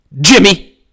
Jimmy